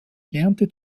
lernte